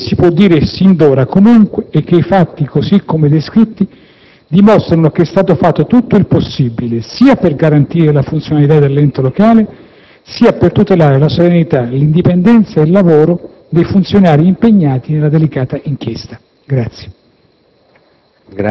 Quel che si può dire sin d'ora, comunque, è che i fatti così come descritti dimostrano che è stato fatto tutto il possibile sia per garantire la funzionalità dell'ente locale, sia per tutelare la serenità, l'indipendenza ed il lavoro dei funzionari impegnati nella delicata inchiesta.